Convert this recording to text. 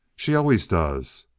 she always does!